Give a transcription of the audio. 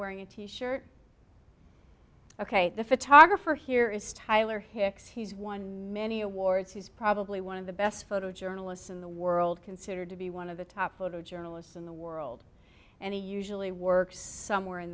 wearing a t shirt ok the photographer here is tyler hicks he's won many awards he's probably one of the best photojournalists in the world considered to be one of the top photojournalists in the world and he usually works somewhere in